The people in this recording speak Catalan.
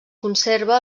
conserva